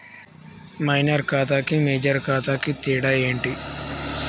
Minor ఖాతా కి major ఖాతా కి తేడా ఏంటి?